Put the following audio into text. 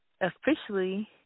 officially